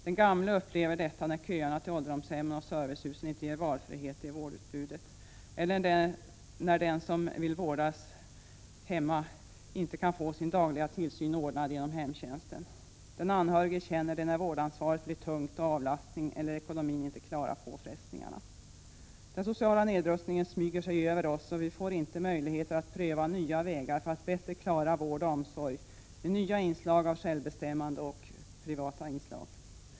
Den gamle upplever det när köerna till ålderdomshemmen och servicehusen inte ger valfrihet i vårdutbytet, eller när den som vill vårdas hemma inte kan få sin dagliga tillsyn ordnad genom hemtjänsten. Den anhörige känner det när vårdansvaret blir tungt och avlastning inte går att få eller ekonomin inte klarar påfrestningarna. Den sociala nedrustningen smyger sig över oss, och vi får inte möjligheter att pröva nya vägar för att bättre klara vård och omsorg med nya inslag av självbestämmande och privata lösningar.